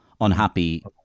unhappy